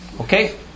Okay